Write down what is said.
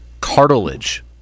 cartilage